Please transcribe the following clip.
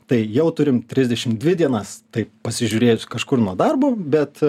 tai jau turim trisdešimt dvi dienas taip pasižiūrėjus kažkur nuo darbo bet